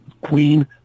Queen